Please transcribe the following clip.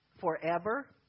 forever